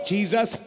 Jesus